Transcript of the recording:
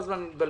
אדוני,